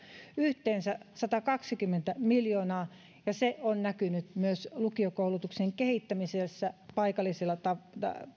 yhteensä satakaksikymmentä miljoonaa ja se on näkynyt myös lukiokoulutuksen kehittämisessä